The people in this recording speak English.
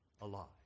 alive